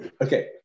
okay